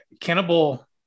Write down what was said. cannibal